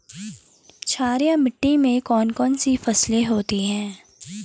क्षारीय मिट्टी में कौन कौन सी फसलें होती हैं?